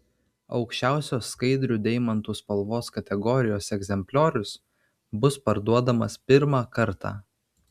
aukščiausios skaidrių deimantų spalvos kategorijos egzempliorius bus parduodamas pirmą kartą